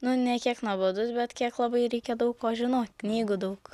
nu ne kiek nuobodus bet kiek labai reikia daug ko žinot knygų daug